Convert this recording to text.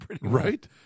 Right